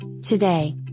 today